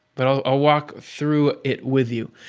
but i'll walk through it with you.